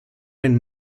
ein